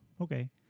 okay